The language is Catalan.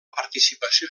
participació